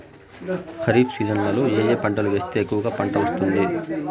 ఖరీఫ్ సీజన్లలో ఏ ఏ పంటలు వేస్తే ఎక్కువగా పంట వస్తుంది?